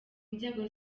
nzego